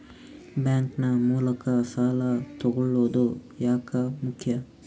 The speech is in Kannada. ಬ್ಯಾಂಕ್ ನ ಮೂಲಕ ಸಾಲ ತಗೊಳ್ಳೋದು ಯಾಕ ಮುಖ್ಯ?